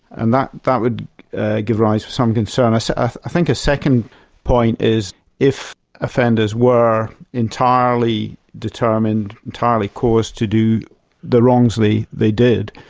and that that would derive some concern. ah i think a second point is if offenders were entirely determined, entirely caused to do the wrongs they they did,